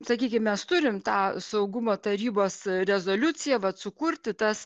sakykim mes turim tą saugumo tarybos rezoliuciją vat sukurti tas